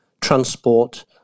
transport